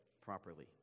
properly